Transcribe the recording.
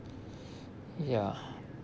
ya